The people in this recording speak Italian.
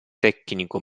tecnico